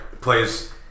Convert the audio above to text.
plays